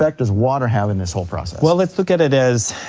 like does water have in this whole process? well, let's look at it as,